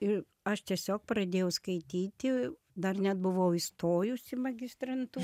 ir aš tiesiog pradėjau skaityti dar net buvau įstojus į magistrantū